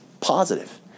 positive